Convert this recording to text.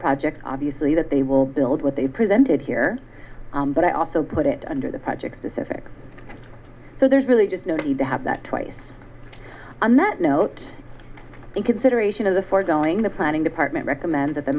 projects obviously that they will build what they presented here but i also put it under the project the civic so there's really no need to have that twice on that note in consideration of the foregoing the planning department recommend that the